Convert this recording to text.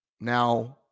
now